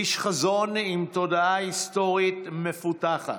איש חזון עם תודעה היסטורית מפותחת,